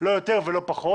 לא יותר ולא פחות.